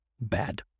bad